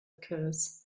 occurs